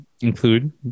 include